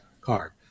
card